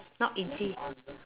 not easy